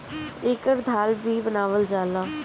एकर दाल भी बनावल जाला